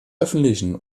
öffentlichen